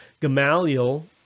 Gamaliel